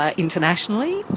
ah internationally.